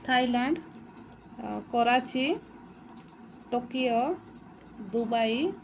Thailand Karachi Tokyo Dubai